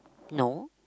no